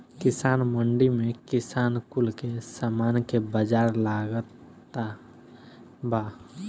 किसान मंडी में किसान कुल के सामान के बाजार लागता बा